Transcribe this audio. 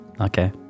okay